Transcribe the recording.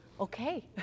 Okay